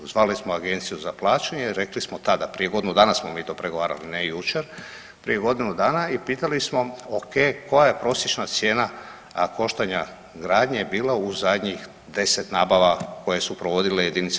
Zvali smo Agenciju za plaćanje i rekli smo tada, prije godinu dana smo mi to pregovarali, a ne jučer, prije godinu dana i pitali smo okej koja je prosječna cijena koštanja gradnje bila u zadnjih 10 nabava koje su provodile JLS.